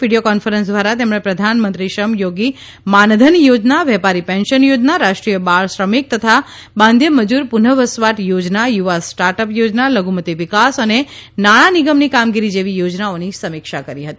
video conference દ્વારા તેમણે પ્રધાનમંત્રી શ્રમયોગી માનધન યોજના વેપારી પેન્શન યોજના રાષ્ટ્રીય બાળ શ્રમિક તથા બાંધ્ય મજૂર પુનવસવાટ યોજના યુવા સ્ટાર્ટઅપ યોજના લધુમતિ વિકાસ અને નાણાં નિગમની કામગીરી જેવી યોજનાઓની સમીક્ષા કરી હતી